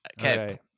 Okay